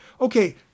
Okay